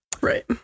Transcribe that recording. Right